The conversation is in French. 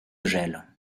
gel